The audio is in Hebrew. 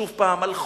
שוב פעם הלכו,